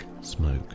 smoke